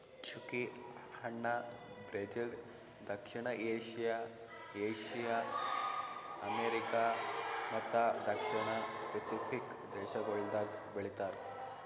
ಚ್ಚುಕಿ ಹಣ್ಣ ಬ್ರೆಜಿಲ್, ದಕ್ಷಿಣ ಏಷ್ಯಾ, ಏಷ್ಯಾ, ಅಮೆರಿಕಾ ಮತ್ತ ದಕ್ಷಿಣ ಪೆಸಿಫಿಕ್ ದೇಶಗೊಳ್ದಾಗ್ ಬೆಳಿತಾರ್